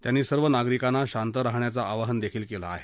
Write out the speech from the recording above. त्यांनी सर्व नागरिकांना शांत राहण्याचं आवाहन केलं आहे